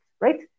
Right